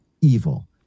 evil